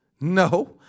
No